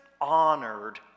honored